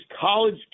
college